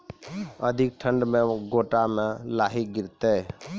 अधिक ठंड मे गोटा मे लाही गिरते?